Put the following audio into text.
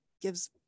gives